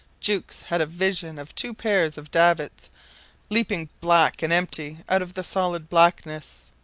jukes had a vision of two pairs of davits leaping black and empty out of the solid blackness,